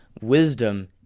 wisdom